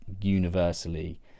universally